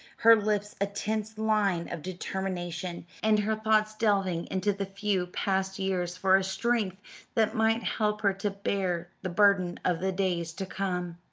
her lips a tense line of determination, and her thoughts delving into the few past years for a strength that might help her to bear the burden of the days to come.